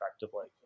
effectively